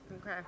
Okay